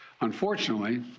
Unfortunately